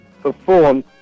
Perform